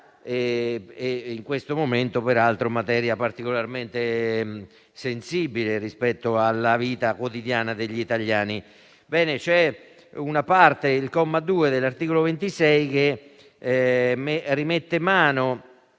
in questo momento, peraltro, particolarmente sensibile rispetto alla vita quotidiana degli italiani. Ebbene, il comma 2 dell'articolo 26 rimette mano